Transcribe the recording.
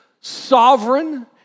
sovereign